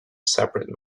separate